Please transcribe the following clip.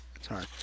sorry